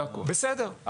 בסדר,